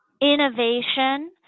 innovation